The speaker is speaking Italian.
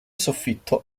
soffitto